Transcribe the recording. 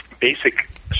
basic